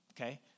Okay